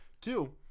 Two